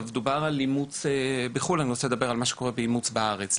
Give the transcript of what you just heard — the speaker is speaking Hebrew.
דובר על אימוץ בחו"ל ואני רוצה לדבר על אימוץ בארץ.